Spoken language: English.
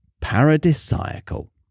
Paradisiacal